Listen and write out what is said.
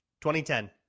2010